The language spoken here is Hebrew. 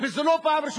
וזו לא הפעם הראשונה,